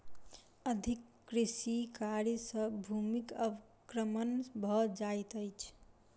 अधिक कृषि कार्य सॅ भूमिक अवक्रमण भ जाइत अछि